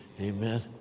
Amen